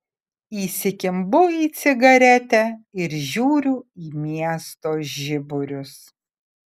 įsikimbu į cigaretę ir žiūriu į miesto žiburius